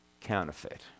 counterfeit